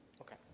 Okay